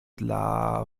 dla